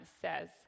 says